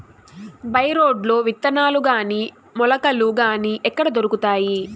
By రోడ్లు విత్తనాలు గాని మొలకలు గాని ఎక్కడ దొరుకుతాయి?